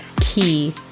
key